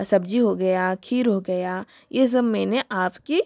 सब्ज़ी हो गया खीर हो गया ये सब मैंने आप के